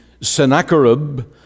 Sennacherib